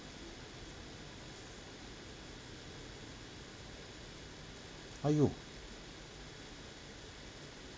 !aiyo!